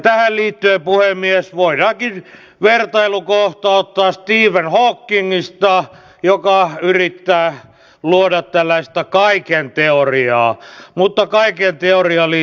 tähän liittyen puhemies voidaankin vertailukohta ottaa stephen hawkingista joka yrittää luoda tällaista kaiken teoriaa mutta kaiken teoria liittyy fysiikkaan